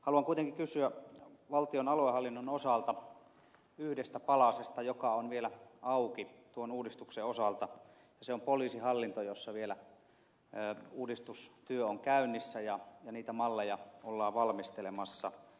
haluan kuitenkin kysyä valtion aluehallinnon osalta yhdestä palasesta joka on vielä auki tuon uudistuksen osalta ja se on poliisihallinto jossa vielä uudistustyö on käynnissä ja niitä malleja ollaan valmistelemassa